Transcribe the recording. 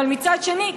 אבל מצד שני,